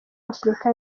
afurika